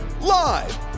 Live